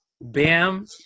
Bam